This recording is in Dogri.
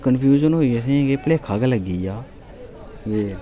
कनफ्यूजन होई असें ई कि भलेखा गै लग्गी गेआ